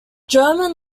german